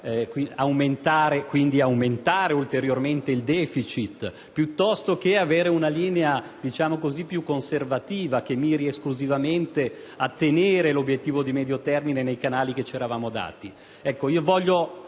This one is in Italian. quindi di aumentare ulteriormente il *deficit*, o di avere una linea più conservativa che miri esclusivamente a tenere l'obiettivo di medio termine nei canali che ci eravamo dati.